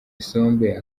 isombe